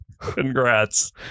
Congrats